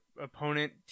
opponent